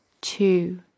Two